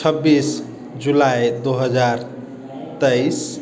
छब्बीस जुलाइ दू हजार तेइस